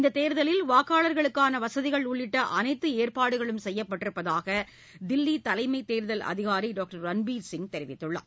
இந்த தேர்தலில் வாக்காளா்களுக்கான வசதிகள் உள்ளிட்ட அனைத்து ஏற்பாடுகளும் செய்யப்பட்டிருப்பதாக தில்லி தலைமை தேர்தல் அதிகாரி டாக்டர் ரன்பீர் சிங் தெரிவித்துள்ளார்